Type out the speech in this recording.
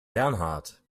bernhard